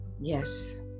Yes